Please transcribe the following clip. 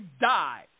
die